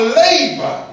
labor